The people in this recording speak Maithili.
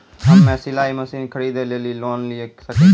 हम्मे सिलाई मसीन खरीदे लेली लोन लिये सकय छियै?